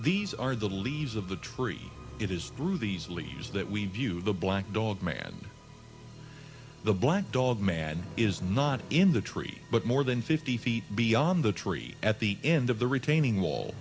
these are the leaves of the tree it is through these leaves that we view the black dog man the black dog man is not in the tree but more than fifty feet beyond the tree at the end of the retaining wall